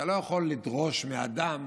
אתה לא יכול לדרוש מאדם